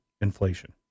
inflation